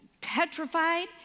petrified